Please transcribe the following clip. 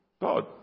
God